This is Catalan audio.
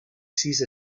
sis